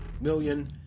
million